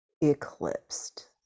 eclipsed